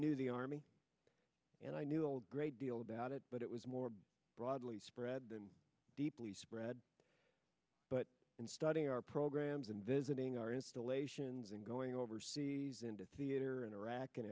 knew the army and i knew all the great deal about it but it was more broadly spread than deeply spread but in studying our programs and visiting our installations and going overseas into theater and iraq and